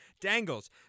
Dangles